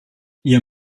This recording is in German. ihr